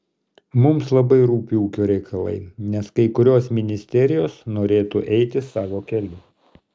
mums labai rūpi ūkio reikalai nes kai kurios ministerijos norėtų eiti savo keliu